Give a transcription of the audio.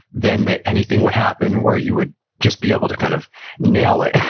then, that anything would happen, where you would just be able to kind of nail it,